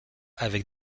avec